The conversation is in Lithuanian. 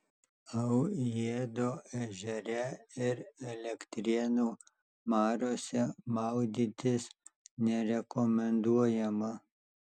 aujėdo ežere ir elektrėnų mariose maudytis nerekomenduojama